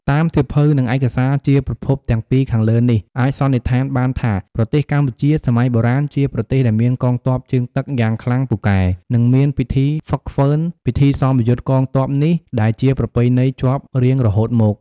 តាមសៀវភៅ និងឯកសារជាប្រភពទាំងពីរខាងលើនេះ អាចសន្និដ្ឋានបានថាប្រទេសកម្ពុជាសម័យបុរាណ ជាប្រទេសដែលមានកងទ័ពជើងទឹកយ៉ាងខ្លាំងពូកែ និងមានពិធីហ្វឹកហ្វឺន ពិធីសមយុទ្ធកងទ័ពនេះដែលជាប្រពៃណីជាប់រៀងរហូតមក។